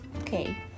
Okay